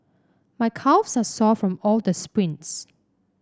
my calves are sore from all the sprints